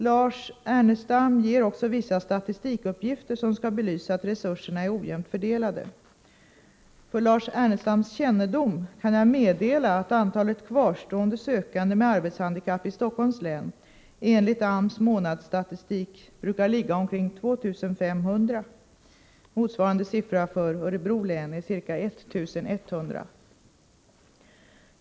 Lars Ernestam ger också vissa statistikuppgifter som skall belysa att resurserna är ojämnt fördelade. För Lars Ernestams kännedom kan jag meddela att antalet kvarstående sökande med arbetshandikapp i Stockholms län, enligt AMS månadsstatistik, brukar ligga omkring 2 500. Motsvarande siffra för Örebro län är ca 1100.